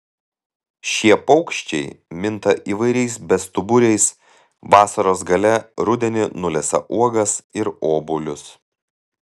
šie paukščiai minta įvairiais bestuburiais vasaros gale rudenį nulesa uogas ir obuolius